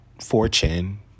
fortune